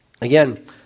Again